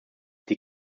die